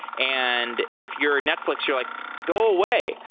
and if you're netflix, you're like, go away.